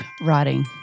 writing